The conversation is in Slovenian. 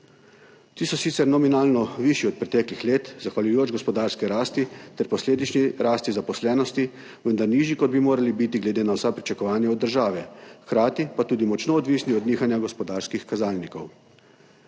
Ti so sicer nominalno višji od preteklih let, zahvaljujoč gospodarski rasti ter posledični rasti zaposlenosti, vendar nižji, kot bi morali biti glede na vsa pričakovanja od države. Hkrati pa tudi močno odvisni od nihanja gospodarskih kazalnikov.